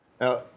Now